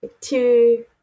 two